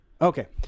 Okay